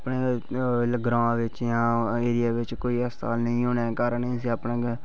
अपने इसलै ग्रांऽ बिच्च इ'यां एरिये बिच कोई अस्पताल नेईं होने दे कारण इस्सी अपने